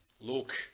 Look